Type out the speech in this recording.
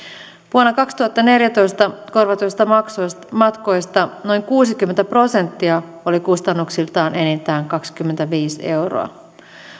vuonna kaksituhattaneljätoista korvatuista matkoista noin kuusikymmentä prosenttia oli kustannuksiltaan enintään kaksikymmentäviisi euroa